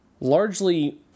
largely